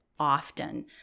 often